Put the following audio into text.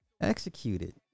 executed